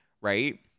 right